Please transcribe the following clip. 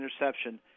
interception